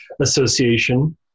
association